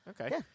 Okay